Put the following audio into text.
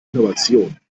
innovation